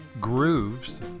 grooves